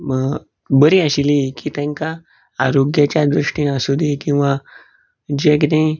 बरी आशिल्ली की तेकां आरोग्याच्या दृश्टीन आसूंदी किंवां जें कितें